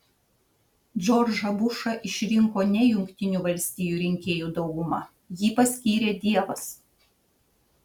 džordžą bušą išrinko ne jungtinių valstijų rinkėjų dauguma jį paskyrė dievas